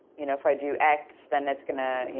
you know if i do x, then that's gonna, you